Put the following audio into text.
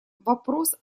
вопрос